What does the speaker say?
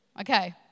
Okay